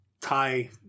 Thai